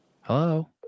Hello